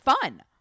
fun